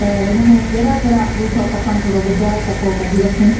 त हिनमें कहिड़ा कहिड़ा प्रूफ़ खपनि थोड़ो ॿुधायो त पोइ कढी रखूं